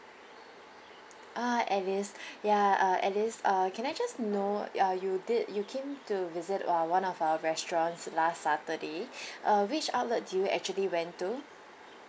ah alice ya uh alice uh can I just know uh you did you came to visit while one of our restaurants last saturday uh which outlet you actually went to